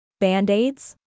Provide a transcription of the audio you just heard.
Band-Aids